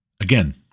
Again